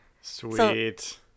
Sweet